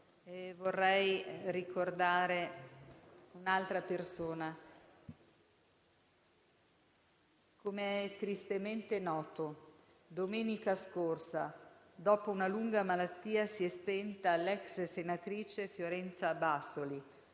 vorrei ricordare un'altra persona. Com'è tristemente noto, domenica scorsa, dopo una lunga malattia, si è spenta l'ex senatrice Fiorenza Bassoli,